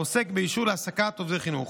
העוסק באישור להעסקת עובדי חינוך.